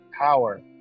power